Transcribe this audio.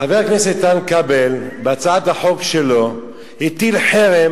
חבר הכנסת איתן כבל בהצעת החוק שלו הטיל חרם